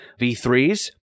V3s